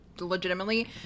legitimately